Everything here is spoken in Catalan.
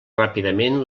ràpidament